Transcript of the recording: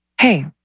hey